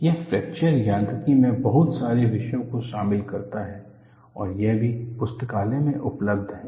यह फ्रैक्चर यांत्रिकी में बहुत सारे विषयों को शामिल करता है और यह भी पुस्तकालय में उपलब्ध है